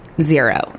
zero